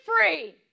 free